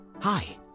hi